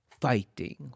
Fighting